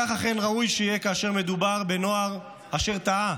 כך אכן ראוי שיהיה כאשר מדובר בנוער אשר טעה